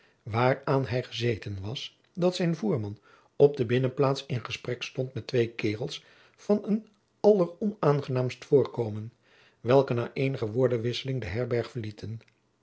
waaraan hij gezeten was dat zijn voerman op de binnenplaats in gesprek stond met twee kaerels van een alleronaangenaamst voorkomen welke na eenige woordenwisseling de herberg verlieten